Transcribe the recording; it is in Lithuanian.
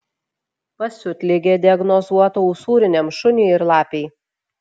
pasiutligė diagnozuota usūriniam šuniui ir lapei